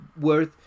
worth